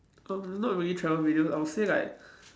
um not really travel video I'll say like